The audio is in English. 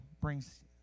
brings